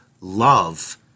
love